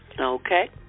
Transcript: okay